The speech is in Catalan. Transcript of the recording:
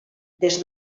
des